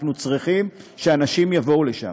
אנחנו צריכים שאנשים יבואו לשם.